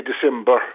December